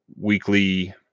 weekly